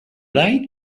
like